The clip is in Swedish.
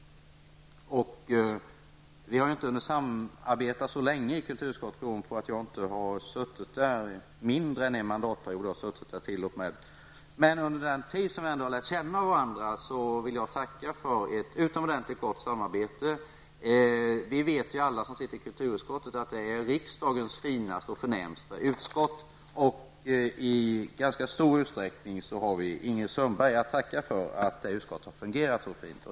Vi har inte hunnit samarbeta så länge i kulturutskottet. Jag har nämligen suttit där mindre än en mandatperiod. Jag vill tacka för ett utomordentligt gott samarbete under den tid som vi ändå har lärt känna varandra. Vi vet alla som sitter i kulturutskottet att det är riksdagens finaste och förnämsta utskott. I ganska stor utsträckning har vi Ingrid Sundberg att tacka för att det utskottet har fungerat så fint.